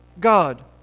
God